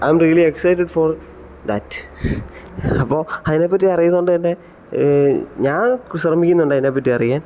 am really excited for that അപ്പോൾ അതിനെ പറ്റി അറിയുന്നത് കൊണ്ട് തന്നെ ഞാൻ ശ്രമിക്കുന്നുണ്ട് അതിനെ പറ്റിയറിയാൻ